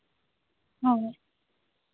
ᱦᱳᱭ